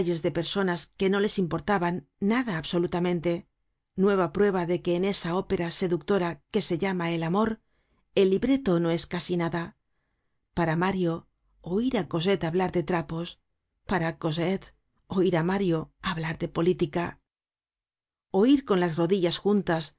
de personas que no les importaban nada absolutamente nueva prueba de que en esa ópera seductora que se llama el amor el libreto no es casi nada para mario oir á cosette hablar de trapos para cosette oir á mario hablar de política oir con las rodillas juntas